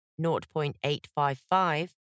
0.855